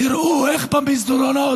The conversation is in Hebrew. תראו איך במסדרונות